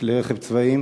לכלי-רכב צבאיים,